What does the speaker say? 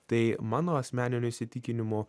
tai mano asmeniniu įsitikinimu